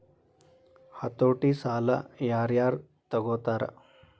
ಹತೋಟಿ ಸಾಲಾ ಯಾರ್ ಯಾರ್ ತಗೊತಾರ?